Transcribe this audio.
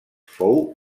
fou